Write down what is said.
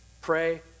Pray